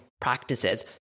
practices